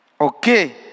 Okay